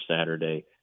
Saturday